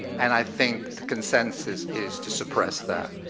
and i think the consensus is to suppress that.